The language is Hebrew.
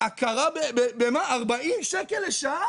40 שקל לשעה?